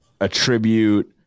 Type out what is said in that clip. attribute –